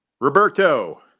Roberto